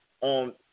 on